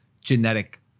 genetic